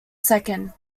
second